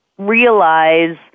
realize